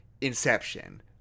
Inception